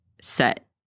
set